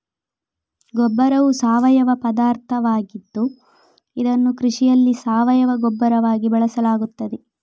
ಗೊಬ್ಬರವು ಸಾವಯವ ಪದಾರ್ಥವಾಗಿದ್ದು ಇದನ್ನು ಕೃಷಿಯಲ್ಲಿ ಸಾವಯವ ಗೊಬ್ಬರವಾಗಿ ಬಳಸಲಾಗುತ್ತದೆ